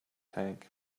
tank